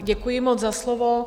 Děkuji moc za slovo.